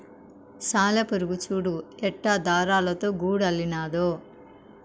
సాలెపురుగు చూడు ఎట్టా దారాలతో గూడు అల్లినాదో